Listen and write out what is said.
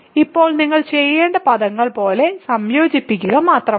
ഇപ്പോൾ നിങ്ങൾ ചെയ്യേണ്ടത് പദങ്ങൾ പോലെ സംയോജിപ്പിക്കുക മാത്രമാണ്